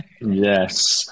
Yes